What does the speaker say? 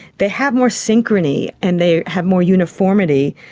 they have more synchrony and they have more uniformity.